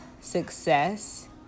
success